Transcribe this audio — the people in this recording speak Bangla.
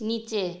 নিচে